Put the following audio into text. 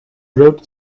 wrote